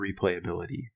replayability